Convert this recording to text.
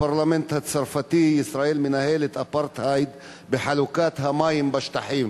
הפרלמנט הצרפתי: ישראל מנהלת אפרטהייד בחלוקת המים בשטחים.